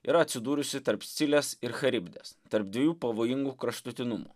yra atsidūrusi tarp scilės ir charibdės tarp dviejų pavojingų kraštutinumų